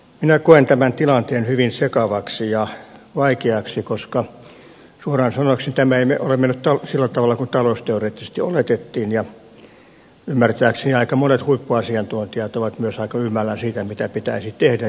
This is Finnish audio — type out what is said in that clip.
minä koen tämän tilanteen hyvin sekavaksi ja vaikeaksi koska suoraan sanoakseni tämä ei ole mennyt sillä tavalla kuin talousteoreettisesti oletettiin ja ymmärtääkseni monet huippuasiantuntijat ovat myös ymmällään siitä mitä pitäisi tehdä